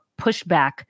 pushback